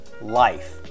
life